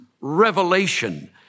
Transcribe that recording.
revelation